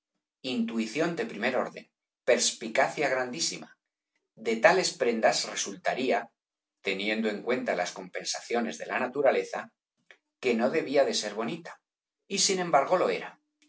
intuición de primer orden perspicacia grandísima de tales prendas resultaría teniendo en cuenta las compensaciones de la naturaleza que no debía de ser bonita y sin embargo lo era